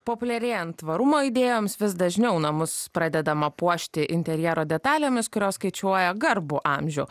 populiarėjant tvarumo idėjoms vis dažniau namus pradedama puošti interjero detalėmis kurios skaičiuoja garbų amžių